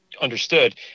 understood